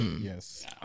Yes